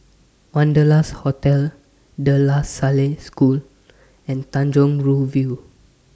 Wanderlust Hotel De La Salle School and Tanjong Rhu View